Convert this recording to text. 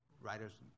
Writers